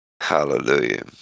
Hallelujah